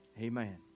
Amen